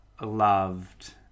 loved